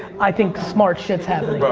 i think smart shit's happening. bro,